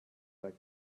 that